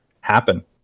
happen